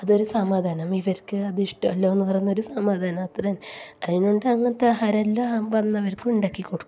അതൊരു സമാധാനം ഇവർക്ക് അത് ഇഷ്ടം അല്ലോ എന്ന് പറയുന്നൊരു സമാധാനം അത്ര തന്നെ അതിനെ കൊണ്ട് അങ്ങനത്തെ ആഹാരമെല്ലാം വന്നവർക്ക് ഉണ്ടാക്കി കൊടുക്കും